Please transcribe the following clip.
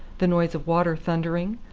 the noise of water thundering,